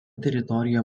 teritorija